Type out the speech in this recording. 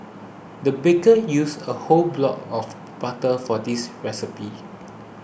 the baker used a whole block of butter for this recipe